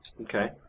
okay